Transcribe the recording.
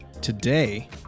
Today